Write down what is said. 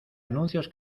anuncios